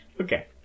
okay